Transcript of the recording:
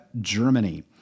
Germany